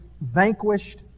vanquished